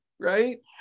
right